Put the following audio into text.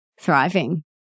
thriving